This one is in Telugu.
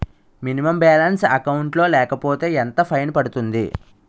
మినిమం బాలన్స్ అకౌంట్ లో లేకపోతే ఎంత ఫైన్ పడుతుంది?